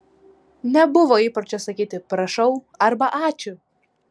nebuvo įpročio sakyti prašau arba ačiū